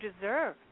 deserve